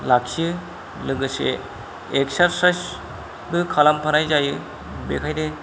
लाखियो लोगोसे एक्सारसाइसबो खालामफानाय जायो बेखायनो